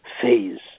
phase